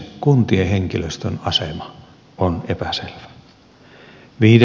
kuntien henkilöstön asema on epäselvä